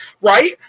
right